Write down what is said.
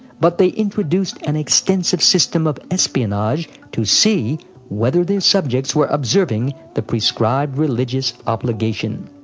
but they introduced an extensive system of espionage to see whether their subjects were observing the prescribed religious obligation.